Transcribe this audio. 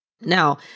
Now